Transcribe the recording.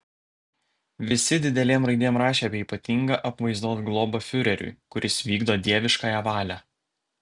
visi didelėm raidėm rašė apie ypatingą apvaizdos globą fiureriui kuris vykdo dieviškąją valią